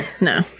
No